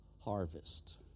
harvest